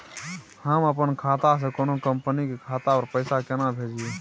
हम अपन खाता से कोनो कंपनी के खाता पर पैसा केना भेजिए?